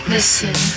Listen